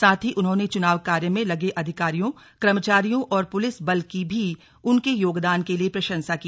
साथ ही उन्होंने चुनाव कार्य में लगे अधिकारियों कर्मचारियों और पुलिस बल की भी उनके योगदान के लिए प्रशंसा की